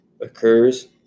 occurs